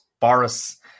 Boris